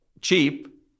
cheap